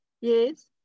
Yes